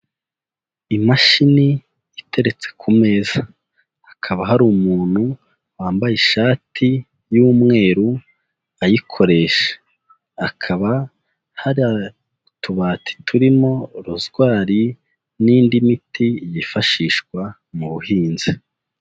Imashini iteretse ku meza, hakaba hari umuntu wambaye ishati y'umweru ayikoresha, hakaba hari utubati turimo rozwari, n'indi miti yifashishwa mu buhinzi.